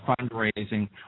fundraising